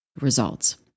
results